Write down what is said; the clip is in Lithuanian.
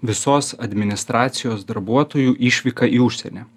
visos administracijos darbuotojų išvyka į užsienį